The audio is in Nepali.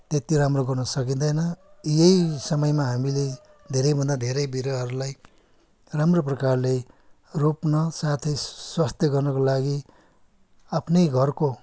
त्यत्ति राम्रो गर्नु सकिँदैन यही समयमा हामीले धेरैभन्दा धेरै बिरुवाहरूलाई राम्रो प्रकारले रोप्न साथै स्वास्थ्य गर्नको लागि आफ्नै घरको